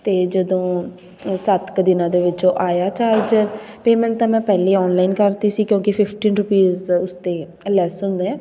ਅਤੇ ਜਦੋਂ ਸੱਤ ਕੁ ਦਿਨਾਂ ਦੇ ਵਿੱਚ ਉਹ ਆਇਆ ਚਾਰਜਰ ਪੇਮੈਂਟ ਤਾਂ ਮੈਂ ਪਹਿਲਾਂ ਹੀ ਔਨਲਾਈਨ ਕਰਤੀ ਸੀ ਕਿਉਂਕਿ ਫਿਫਟੀਨ ਰੁਪੀਸ ਉਸ 'ਤੇ ਲੈਸ ਹੁੰਦੇ ਹੈ